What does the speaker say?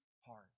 heart